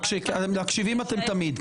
אתם תמיד מקשיבים.